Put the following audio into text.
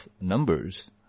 numbers